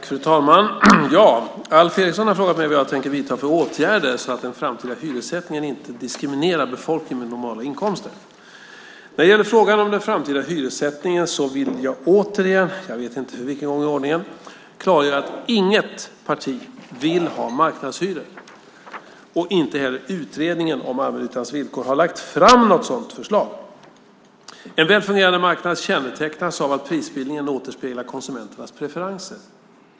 Fru talman! Alf Eriksson har frågat mig vad jag tänker vidta för åtgärder så att den framtida hyressättningen inte diskriminerar befolkning med normala inkomster. När det gäller frågan om den framtida hyressättningen vill jag återigen - jag vet inte för vilken gång i ordningen - klargöra att inget parti vill ha marknadshyror, och Utredningen om allmännyttans villkor har inte heller lagt fram något sådant förslag. En väl fungerande marknad kännetecknas av att prisbildningen återspeglar konsumenternas preferenser.